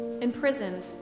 imprisoned